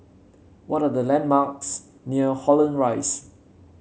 what are the landmarks near Holland Rise